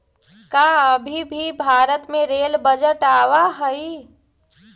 का अभी भी भारत में रेल बजट आवा हई